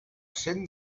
cent